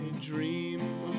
dream